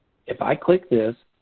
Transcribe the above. if i click this,